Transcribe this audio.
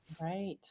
Right